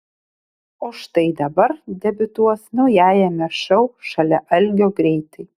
o štai dabar debiutuos naujajame šou šalia algio greitai